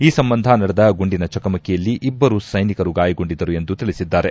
ಈ ಸಂಬಂಧ ನಡೆದ ಗುಂಡಿನ ಚಕಮಕಿಯಲ್ಲಿ ಇಬ್ಬರು ಸೈನಿಕರು ಗಾಯಗೊಂಡಿದ್ದರು ಎಂದು ತಿಳಿಸಿದ್ದಾರೆ